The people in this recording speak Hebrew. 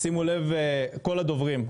שימו לב כל הדוברים,